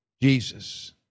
Jesus